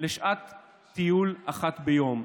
לשעת טיול אחת ביום".